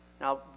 Now